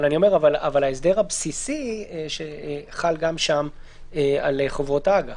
אבל ההסדר הבסיסי חל גם שם על חובות אג"ח.